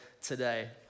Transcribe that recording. today